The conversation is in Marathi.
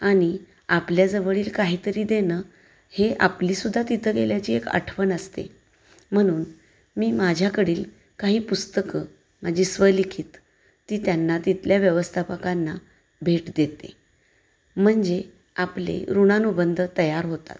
आणि आपल्याजवळील काहीतरी देणं हे आपलीसुद्धा तिथं गेल्याची एक आठवण असते म्हणून मी माझ्याकडील काही पुस्तकं माझी स्वलिखित ती त्यांना तिथल्या व्यवस्थापकांना भेट देते म्हणजे आपले ऋणानुबंध तयार होतात